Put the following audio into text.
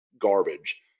garbage